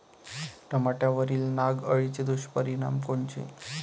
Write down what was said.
टमाट्यावरील नाग अळीचे दुष्परिणाम कोनचे?